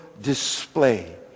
display